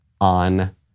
on